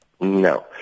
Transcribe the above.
No